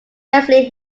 wrestling